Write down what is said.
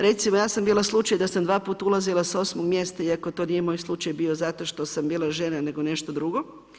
Recimo, ja sam bila slučaj da sam 2 puta ulazila s osmog mjesta iako to nije moj slučaj bio zato što sam bila žena, nego nešto drugo.